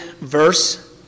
verse